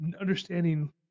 understanding